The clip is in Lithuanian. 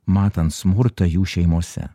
matant smurtą jų šeimose